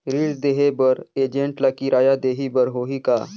ऋण देहे बर एजेंट ला किराया देही बर होही का?